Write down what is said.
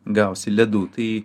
gausi ledų tai